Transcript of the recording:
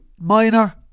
Minor